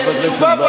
הפחדנות היא שלכם.